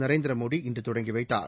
நரேந்திர மோடி இன்று தொடங்கி வைத்தார்